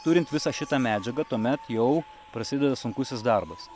turint visą šitą medžiagą tuomet jau prasideda sunkusis darbas